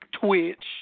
Twitch